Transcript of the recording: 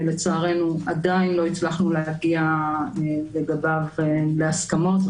לצערנו עדיין לא הצלחנו להגיע לגביו להסכמות,